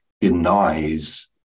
denies